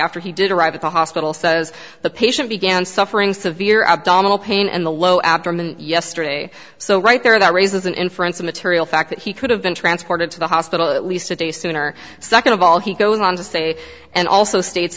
after he did arrive at the hospital says the patient began suffering severe abdominal pain in the lower abdomen yesterday so right there that raise as an inference of material fact that he could have been transported to the hospital at least a day sooner second of all he goes on to say and also states